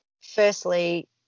firstly